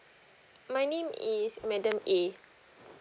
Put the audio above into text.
my name is madam a